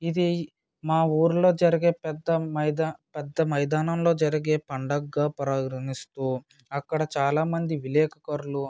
ఇది మా ఊరిలో జరిగే పెద్ద మైదా పెద్ద మైదానంలో జరిగే పండగగా పరిగణిస్తూ అక్కడ చాలా మంది విలేకర్లు